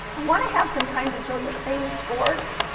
and want to have some time to show you phase scores